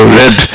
red